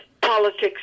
politics